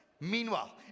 Meanwhile